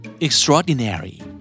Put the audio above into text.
Extraordinary